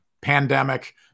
Pandemic